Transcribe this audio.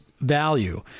value